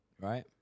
right